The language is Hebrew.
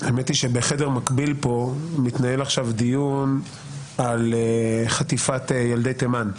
האמת היא שבחדר מקביל פה מתנהל עכשיו דיון על חטיפת ילדי תימן.